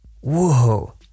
Whoa